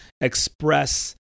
express